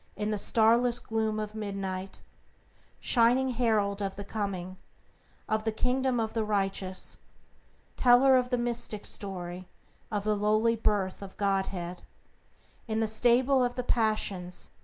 in the starless gloom of midnight shining herald of the coming of the kingdom of the righteous teller of the mystic story of the lowly birth of godhead in the stable of the passions,